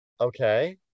Okay